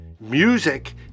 Music